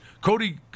Cody